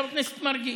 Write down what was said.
חבר הכנסת מרגי?